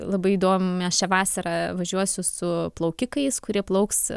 labai įdomi aš šią vasarą važiuosiu su plaukikais kurie plauks